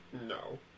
No